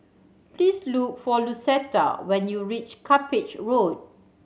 please look for Lucetta when you reach Cuppage Road